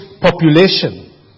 population